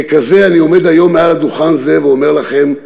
ככזה אני עומד היום מעל דוכן זה ואומר לכם: